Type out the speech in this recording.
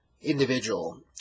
individual